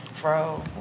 Bro